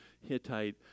Hittite